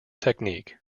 technique